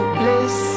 bliss